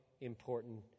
important